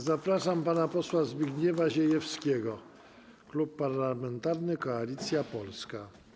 Zapraszam pana posła Zbigniewa Ziejewskiego, Klub Parlamentarny Koalicja Polska.